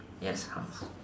yes house